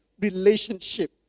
relationship